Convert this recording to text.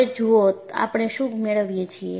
હવે જુઓ આપણે શું મેળવીએ છીએ